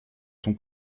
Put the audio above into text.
ton